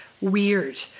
weird